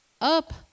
up